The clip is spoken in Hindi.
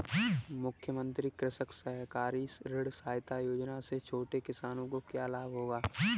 मुख्यमंत्री कृषक सहकारी ऋण सहायता योजना से छोटे किसानों को क्या लाभ होगा?